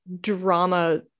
drama